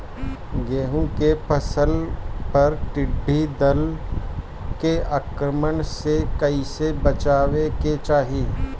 गेहुँ के फसल पर टिड्डी दल के आक्रमण से कईसे बचावे के चाही?